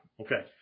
Okay